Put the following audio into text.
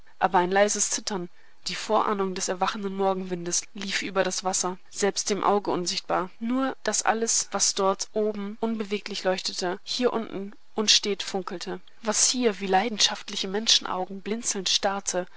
aber ein leises zittern die vorahnung des erwachenden morgenwindes lief über das wasser selbst dem auge unsichtbar nur daß alles was dort oben unbeweglich leuchtete hier unten unstet funkelte was hier wie leidenschaftliche menschenaugen blinzelnd starrte